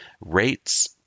Rates